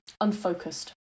unfocused